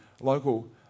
local